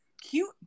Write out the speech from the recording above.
cute